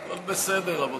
הכול בסדר, רבותיי.